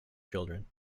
children